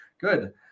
Good